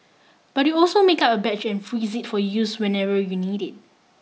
but you can also make up a batch and freeze it for use whenever you need it